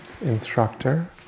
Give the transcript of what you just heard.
instructor